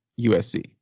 USC